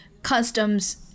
customs